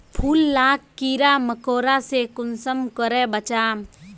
फूल लाक कीड़ा मकोड़ा से कुंसम करे बचाम?